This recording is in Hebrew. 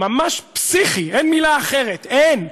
ממש פסיכי, אין מילה אחרת, אין,